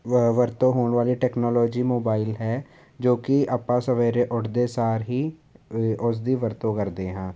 ਵ ਵਰਤੋਂ ਹੋਣ ਵਾਲੇ ਟੈਕਨੋਲੋਜੀ ਮੋਬਾਇਲ ਹੈ ਜੋ ਕਿ ਆਪਾਂ ਸਵੇਰੇ ਉੱਠਦੇ ਸਾਰ ਹੀ ਅ ਉਸ ਦੀ ਵਰਤੋਂ ਕਰਦੇ ਹਾਂ